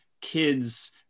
kids